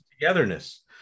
togetherness